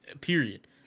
period